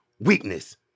Weakness